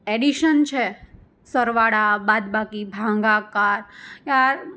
addition છે સરવાળા બાદબાકી ભાગાકાર આ